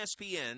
ESPN